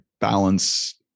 balance